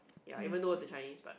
ya even though is a Chinese but